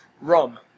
rum